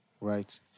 right